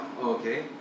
okay